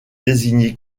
désignée